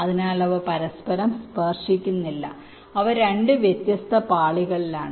അതിനാൽ അവ പരസ്പരം സ്പർശിക്കുന്നില്ല അവ 2 വ്യത്യസ്ത പാളികളിലാണ്